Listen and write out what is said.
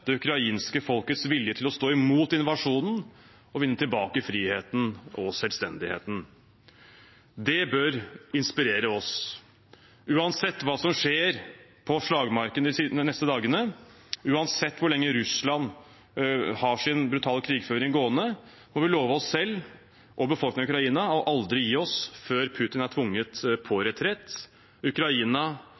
det ukrainske folkets vilje til å stå imot invasjonen og vinne tilbake friheten og selvstendigheten. Det bør inspirere oss. Uansett hva som skjer på slagmarken de neste dagene, uansett hvor lenge Russland har sin brutale krigføring gående, må vi love oss selv og befolkningen i Ukraina aldri å gi oss før Putin er tvunget på retrett fra Ukraina,